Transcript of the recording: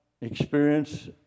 experience